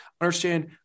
understand